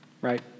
Right